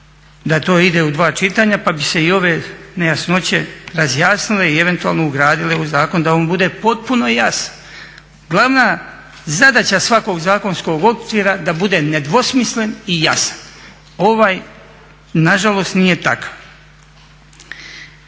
da to ide u dva čitanja, pa bi se i ove nejasnoće razjasnile i eventualno ugradile u zakon da on bude potpuno jasan. Glavna zadaća svakog zakonskog okvira da bude nedvosmislen i jasan. Ovaj na žalost nije takav.